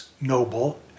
noble